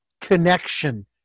connection